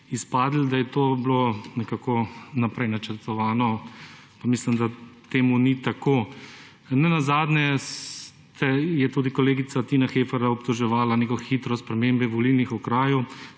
okraji, da je to bilo nekako vnaprej načrtovano. Pa mislim, da temu ni tako. Nenazadnje je tudi kolegica Tina Heferle obtoževala neko hitro spremembe volilnih okrajev.